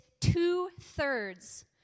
two-thirds